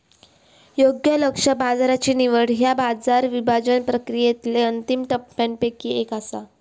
योग्य लक्ष्य बाजाराची निवड ह्या बाजार विभाजन प्रक्रियेतली अंतिम टप्प्यांपैकी एक असा